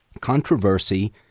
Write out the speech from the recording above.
Controversy